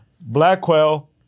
Blackwell